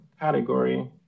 category